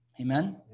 Amen